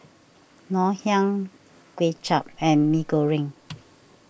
Ngoh Hiang Kuay Chap and Mee Goreng